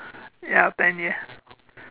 ya ten years